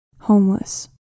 homeless